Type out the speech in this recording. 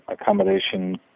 accommodation